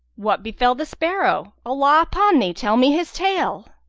what befel the sparrow? allah upon thee, tell me his tale.